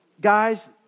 guys